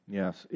yes